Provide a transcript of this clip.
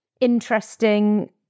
interesting